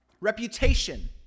reputation